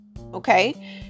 okay